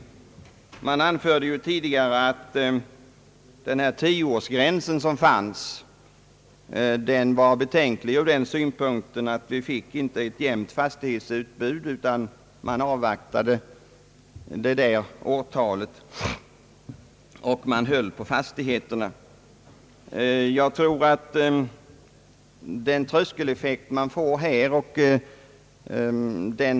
Man anförde tidigare att den tioårsgräns som fanns var betänklig ur den synpunkten att vi inte fick ett normalt fastighetsutbud, fastighetsägarna avvaktade i de fall då skattekonsekvenser förelåg tioårsperiodens slut och behöll fastigheten.